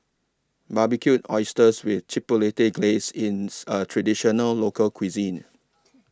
Barbecued Oysters with Chipotle Glaze Ins A Traditional Local Cuisine